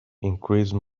increase